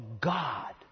God